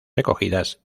recogidas